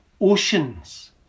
oceans